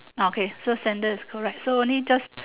okay so sandal is correct so only just